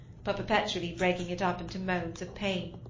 but perpetually breaking it up into moans of pain.